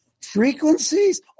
Frequencies